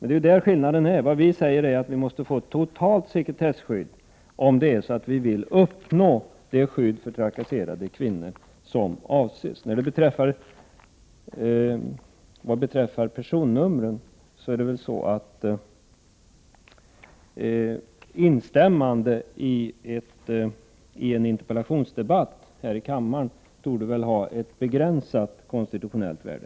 Det är där skillnaden mellan oss finns. Vi säger att ett totalt sekretesskydd måste komma till stånd, om vi vill uppnå det skydd för trakasserade kvinnor som avses. Vad beträffar frågan om personnummer torde ett instämmande i vad som sagts i en interpellationsdebatt här i kammaren ha ett begränsat konstitutionellt värde.